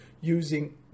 using